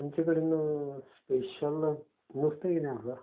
तुमचे कडेन स्पेशल नुस्तें किदें आसा